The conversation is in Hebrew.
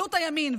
במשילות הימין.